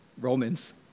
Romans